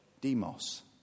demos